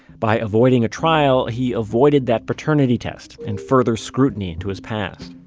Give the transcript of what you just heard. by avoiding a trial, he avoided that paternity test and further scrutiny into his past